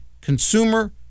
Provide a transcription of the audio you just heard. consumer